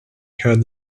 heard